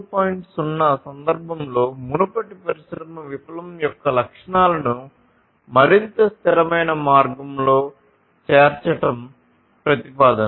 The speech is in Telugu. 0 సందర్భంలో మునుపటి పరిశ్రమ విప్లవం యొక్క లక్షణాలను మరింత స్థిరమైన మార్గంలో చేర్చడం ప్రతిపాదన